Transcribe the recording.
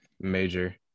major